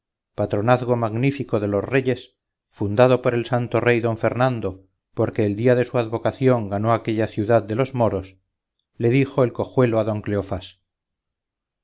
patronazgo magnífico de los reyes fundado por el santo rey don fernando porque el día de su advocación ganó aquella ciudad de los moros le dijo el cojuelo a don cleofás